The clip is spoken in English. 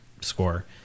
score